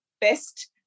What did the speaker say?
Best